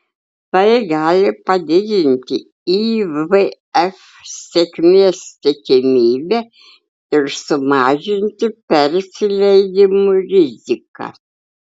tai gali padidinti ivf sėkmės tikimybę ir sumažinti persileidimų riziką